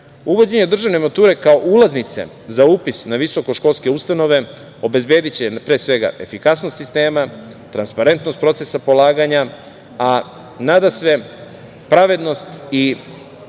nas. Uvođenje državne mature kao ulaznice za upis na visokoškolske ustanove obezbediće efikasnost sistema, transparentnost procesa polaganja, a nadasve pravednost i jednako